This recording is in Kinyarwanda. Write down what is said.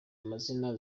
amazina